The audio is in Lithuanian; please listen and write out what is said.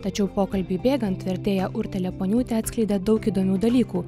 tačiau pokalbiui bėgant vertėja urtė liepuoniūtė atskleidė daug įdomių dalykų